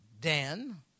Dan